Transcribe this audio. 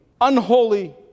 unholy